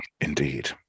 indeed